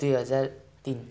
दुई हजार तिन